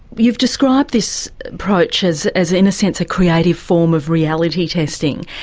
you've described this approach as as in a sense a creative form of reality testing.